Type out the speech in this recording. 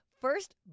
first